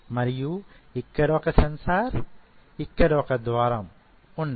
మరియు ఇక్కడ ఒక సెన్సార్ ఇక్కడ ఒక ద్వారం ఉన్నది